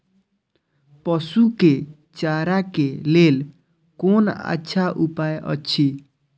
पशु के चारा के लेल कोन अच्छा उपाय अछि?